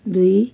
दुई